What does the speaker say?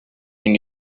when